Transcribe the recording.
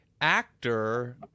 actor